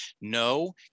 No